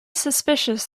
suspicious